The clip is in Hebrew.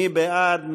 מי בעד?